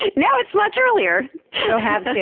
and now, it's much earlier. so have kids.